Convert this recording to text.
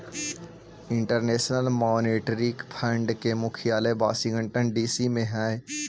international monetary fund के मुख्यालय Washington DC में हई